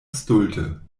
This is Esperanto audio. stulte